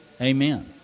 Amen